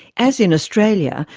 as in australia,